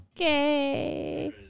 okay